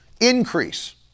Increase